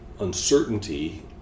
uncertainty